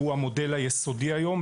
שהוא המודל היסודי היום,